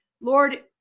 Lord